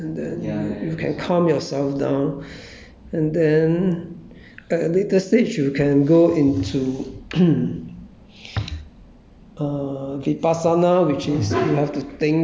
so that you don't think of this and that you don't think of so many things and then you can calm yourself down and then uh later stage you can go into